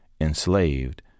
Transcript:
enslaved